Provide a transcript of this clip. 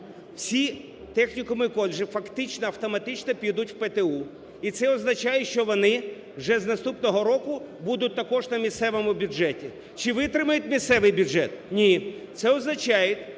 Всі технікуми, коледжі фактично автоматично підуть в ПТУ і це означає, що вони вже з наступного року будуть також на місцевому бюджеті. Чи витримає місцевий бюджет? Ні. Це означає,